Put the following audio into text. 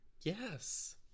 Yes